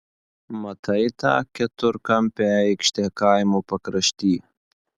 matai tą keturkampę aikštę kaimo pakrašty